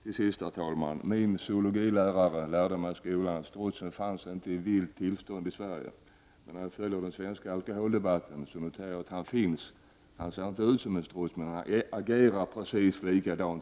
Till sist, herr talman: Min zoologilärare lärde mig i skolan att strutsen inte fanns i vilt tillstånd i Sverige. Men när jag följer den svenska alkoholdebatten noterar jag att han finns. Han ser inte ut som en struts, men har agerar precis likadant.